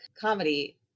comedy